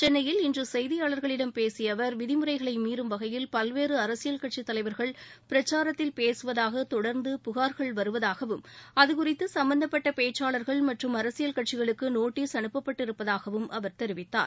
சென்னையில் இன்று செய்தியாளர்களிடம் பேசிய அவர் விதிமுறைகளை மீறும் வகையில் பல்வேறு அரசியல் கட்சித்தலைவர்கள் பிரக்சாரத்தில் பேசுவதாக தொடர்ந்து புகார்கள் வருவதாகவும் அதுகுறித்து சும்பந்தப்பட்ட பேச்சாளர்கள் மற்றும் அரசியல் கட்சிகளுக்கு நோட்டீஸ் அனுப்பப்பட்டு இருப்பதாகவும் அவர் தெரிவித்தார்